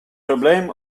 probleem